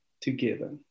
together